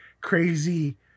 crazy